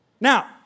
Now